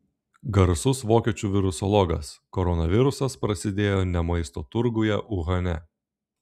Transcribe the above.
garsus vokiečių virusologas koronavirusas prasidėjo ne maisto turguje uhane